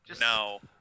No